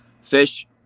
fish